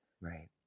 Right